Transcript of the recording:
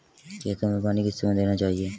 खेतों में पानी किस समय देना चाहिए?